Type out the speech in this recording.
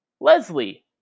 Leslie